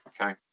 okay